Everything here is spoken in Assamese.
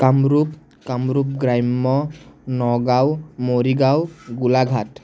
কামৰূপ কামৰূপ গ্ৰাম্য় নগাঁও মৰিগাঁও গোলাঘাট